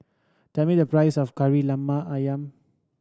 tell me the price of Kari Lemak Ayam